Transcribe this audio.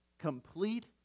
Complete